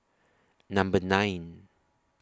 Number nine